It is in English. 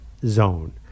zone